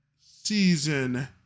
season